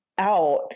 out